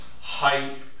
hype